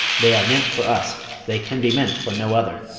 they are meant for us they can be meant for no other.